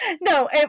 No